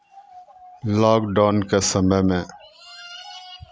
लॉकडाउनके समयमे